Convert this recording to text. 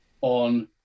on